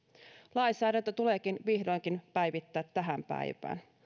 lainsäädäntö tuleekin vihdoinkin päivittää tähän päivään